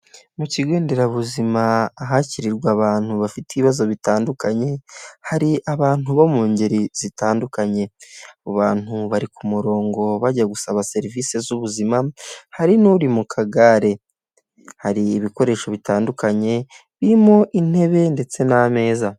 Mu kigo nderabuzima ahakirirwa abantu bafite ibibazo bitandukanye, hari abantu bo mu ngeri zitandukanye, abo bantu bari ku murongo bajya gusaba serivisi z'ubuzima hari n'uri mu kagare, hari ibikoresho bitandukanye birimo intebe ndetse n'ameza.